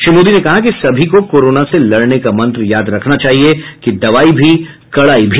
श्री मोदी ने कहा कि सभी को कोरोना से लड़ने का मंत्र याद रखना चाहिए कि दवाई भी कड़ाई भी